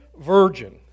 virgin